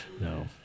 No